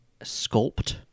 sculpt